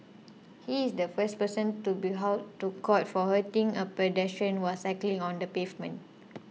he is the first person to be hauled to court for hurting a pedestrian while cycling on the pavement